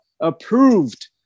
approved